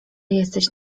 jesteś